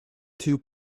two